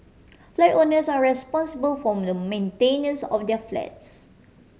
flat owners are responsible form the maintenance of their flats